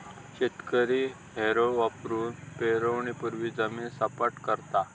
शेतकरी हॅरो वापरुन पेरणीपूर्वी जमीन सपाट करता